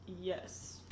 Yes